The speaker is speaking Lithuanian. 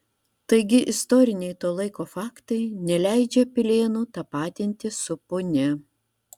taigi istoriniai to laiko faktai neleidžia pilėnų tapatinti su punia